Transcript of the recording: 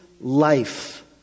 life